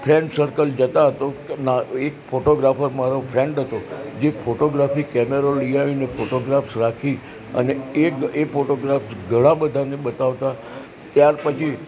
friend circle જતા તો એક ફોટોગ્રાફર મારો ફ્રેન્ડ હતો જે ફોટોગ્રાફી કેમેરો લઈ આવીને ફોટોગ્રાફ્સ રાખી અને એ એક ફોટોગ્રાફ ઘણા બધાને બતાવતા ત્યાર પછી